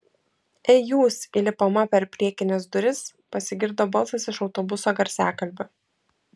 ei jūs įlipama per priekines duris pasigirdo balsas iš autobuso garsiakalbio